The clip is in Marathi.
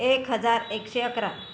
एक हजार एकशे अकरा